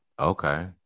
Okay